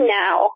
now